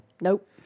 Nope